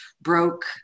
broke